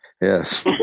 Yes